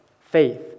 faith